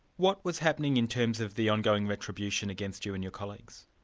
what was happening in terms of the ongoing retribution against you and your colleagues?